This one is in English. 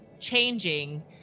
changing